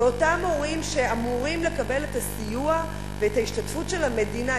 ואותם הורים שאמורים לקבל את הסיוע ואת ההשתתפות של המדינה,